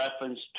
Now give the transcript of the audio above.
reference